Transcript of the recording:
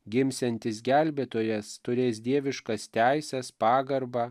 gimsiantis gelbėtojas turės dieviškas teises pagarbą